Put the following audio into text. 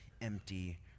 empty